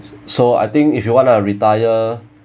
so I think if you want to retire